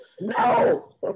No